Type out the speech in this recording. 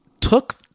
took